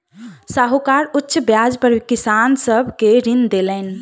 साहूकार उच्च ब्याज पर किसान सब के ऋण देलैन